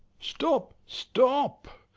stop, stop!